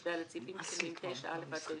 סעיף ד, סעיפים קטנים 9.א) עד 9.ח)